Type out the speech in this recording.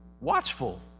watchful